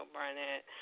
Barnett